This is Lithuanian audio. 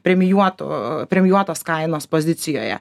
premijuotų premijuotos kainos pozicijoje